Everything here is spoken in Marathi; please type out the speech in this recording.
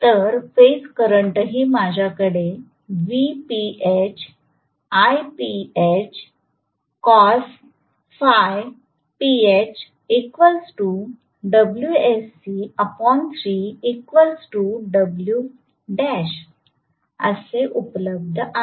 तर फेज करंटही माझ्याकडे उपलब्ध आहे